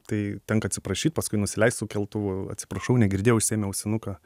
tai tenka atsiprašyt paskui nusileist su keltuvu atsiprašau negirdėjau išsiėmiau ausinuką